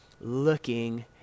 looking